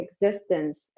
existence